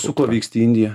su kuo vyksti į indiją